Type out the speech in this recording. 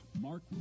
Mark